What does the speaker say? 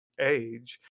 age